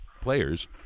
players